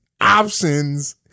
options